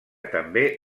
també